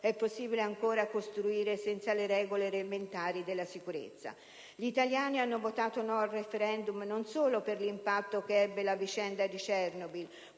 è possibile ancora costruire senza le regole elementari della sicurezza. Gli italiani hanno votato no al *referendum* non solo per l'impatto che ebbe la vicenda di Chernobyl